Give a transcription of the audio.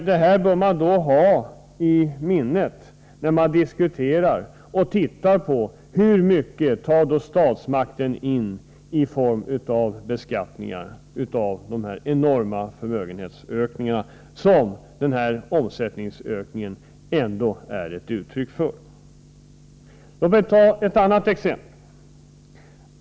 Detta bör man hålla i minnet när man diskuterar hur mycket statsmakten tar in i form av beskattning av dessa enorma förmögenhetsökningar, som denna omsättningsökning ändå är ett uttryck för. Låt mig ta ett annat exempel.